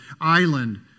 Island